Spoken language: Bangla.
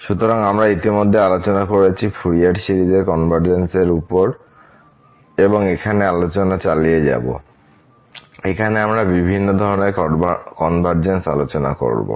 সুতরাং আমরা ইতিমধ্যেই আলোচনা করেছি ফুরিয়ার সিরিজ এর কনভারজেন্স এর উপর এবং এখানে এই আলোচনা চালিয়ে যাব এখানে আমরা বিভিন্ন ধরণের কনভারজেন্স আলোচনা করবো